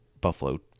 Buffalo